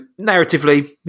narratively